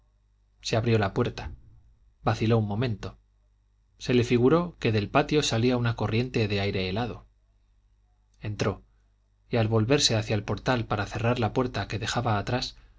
se abrió la puerta vaciló un momento se le figuró que del patio salía una corriente de aire helado entró y al volverse hacia el portal para cerrar la puerta que dejaba atrás